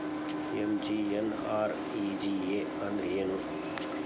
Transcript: MGNREGA ಅಂದ್ರೆ ಏನು?